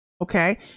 okay